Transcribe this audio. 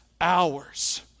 hours